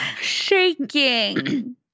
shaking